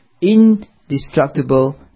indestructible